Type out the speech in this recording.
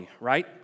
right